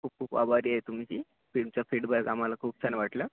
खूप खूप आभारी आहे तुमची तुमचा फीडबॅक आम्हाला खूप छान वाटला